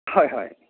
হয় হয়